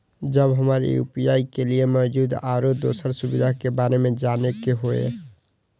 जब हमरा यू.पी.आई के लिये मौजूद आरो दोसर सुविधा के बारे में जाने के होय?